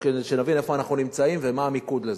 שנבין איפה אנחנו נמצאים, ומה המיקוד לזה.